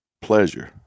pleasure